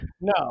No